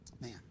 Man